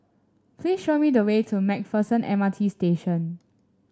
please show me the way to MacPherson M R T Station